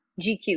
GQ